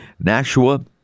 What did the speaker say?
Nashua